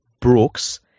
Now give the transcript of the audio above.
Brooks